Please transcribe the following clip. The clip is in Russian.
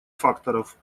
факторов